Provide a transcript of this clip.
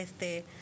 este